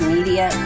Media